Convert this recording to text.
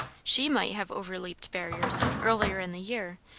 she might have overleaped barriers, earlier in the year,